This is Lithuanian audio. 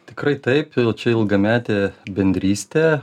tikrai taip čia ilgametė bendrystė